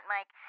Mike